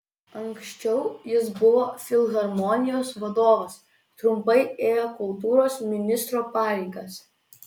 anksčiau jis buvo filharmonijos vadovas trumpai ėjo kultūros ministro pareigas